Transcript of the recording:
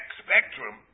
spectrum